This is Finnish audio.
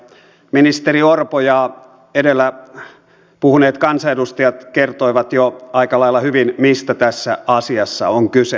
ministeri orpo ja edellä puhuneet kansanedustajat kertoivat jo aika lailla hyvin mistä tässä asiassa on kyse